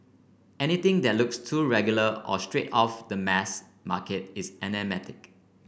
anything that looks too regular or straight off the mass market is anathematic